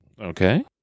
Okay